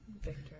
Victor